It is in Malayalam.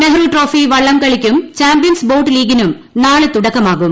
നെഹ്റു ട്രോഫി വള്ളം കളിക്കും ചാമ്പ്യൻസ് ബോട്ട് ലീഗിനും നാളെ തുടക്കമാകും